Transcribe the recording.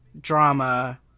drama